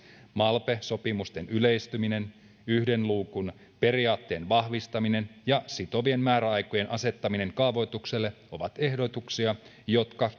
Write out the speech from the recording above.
malpe sopimusten yleistyminen yhden luukun periaatteen vahvistaminen ja sitovien määräaikojen asettaminen kaavoitukselle ovat ehdotuksia jotka